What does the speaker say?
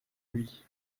lui